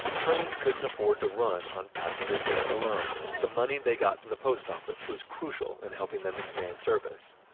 trains couldn't afford to run on passenger fare alone. alone. the money they got from the post office was crucial in helping them expand service.